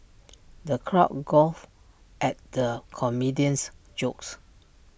the crowd guffawed at the comedian's jokes